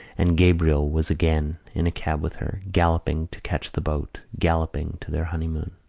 and gabriel was again in a cab with her, galloping to catch the boat, galloping to their honeymoon.